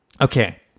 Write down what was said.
okay